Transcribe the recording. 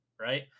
right